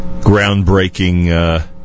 groundbreaking